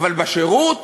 אבל בשירות?